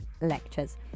lectures